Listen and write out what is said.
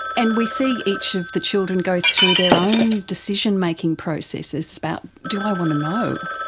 and we see each of the children go through their own decision-making processes about do i want to know?